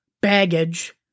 Baggage